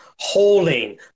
holding